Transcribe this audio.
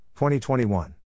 2021